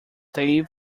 dave